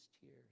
tears